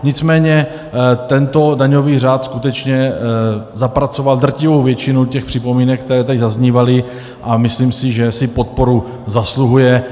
Nicméně tento daňový řád skutečně zapracoval drtivou většinu těch připomínek, které tady zaznívaly, a myslím si, že si podporu zasluhuje.